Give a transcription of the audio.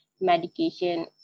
medication